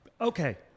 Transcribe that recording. Okay